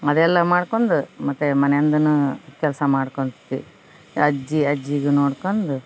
ಮದ್ವೆಲ್ಲ ಮಾಡ್ಕೊಂದು ಮತ್ತೆ ಮನೆಯಿಂದನೂ ಕೆಲಸ ಮಾಡ್ಕೊಂತಿ ಅಜ್ಜಿ ಅಜ್ಜಿಗೆ ನೋಡ್ಕೊಂದು